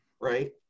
right